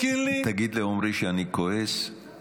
קינלי --- תגיד לעומרי שאני כועס,